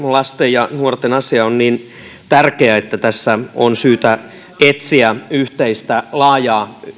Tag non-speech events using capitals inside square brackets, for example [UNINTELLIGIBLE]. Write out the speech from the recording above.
[UNINTELLIGIBLE] lasten ja nuorten asia on niin tärkeä että tässä on syytä etsiä yhteistä laajaa